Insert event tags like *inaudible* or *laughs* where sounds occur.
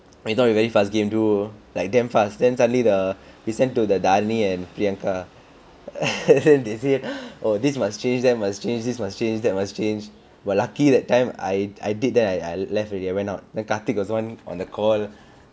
we thought we very fast game do like damn fast then suddenly the they send to the daini and priyanka *laughs* they say oh this must change that must change this must change that must change but lucky that time I I did that I left already I went out then karthik was the one on the call